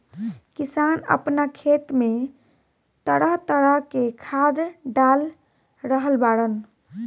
किसान आपना खेत में तरह तरह के खाद डाल रहल बाड़न